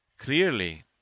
clearly